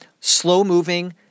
slow-moving